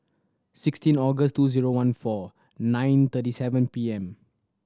sixteen August two zero one four nine thirty seven P M